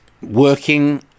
working